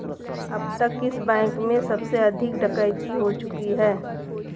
अब तक किस बैंक में सबसे अधिक डकैती हो चुकी है?